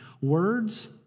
Words